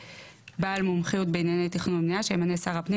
בעל מומחיות בענייני תכנון ובנייה שימנה שר הפנים